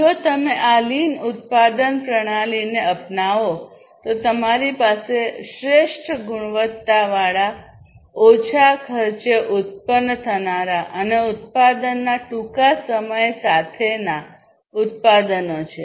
જો તમે આ લીન ઉત્પાદન પ્રણાલીને અપનાવો તો તમારી પાસે શ્રેષ્ઠ ગુણવત્તાવાળા ઓછા ખર્ચે ઉત્પન્ન થનારા અને ઉત્પાદનના ટૂંકા સમય સાથેના ઉત્પાદનો છે